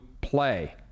play